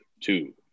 two